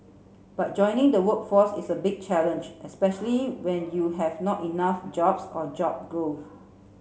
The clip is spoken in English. but joining the workforce is a big challenge especially when you have not enough jobs or job growth